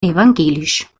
evangelisch